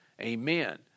Amen